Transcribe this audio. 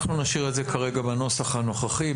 אנחנו נשאיר את זה כרגע בנוסח הנוכחי.